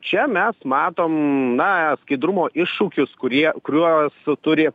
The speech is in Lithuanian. čia mes matom na skaidrumo iššūkius kurie kuriuos turi